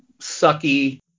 sucky